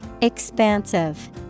Expansive